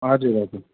हजुर हजुर